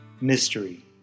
mystery